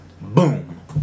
Boom